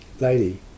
lady